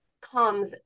comes